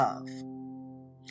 love